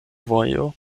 vojo